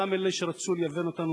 אותם אלה שרצו לייוון אותנו,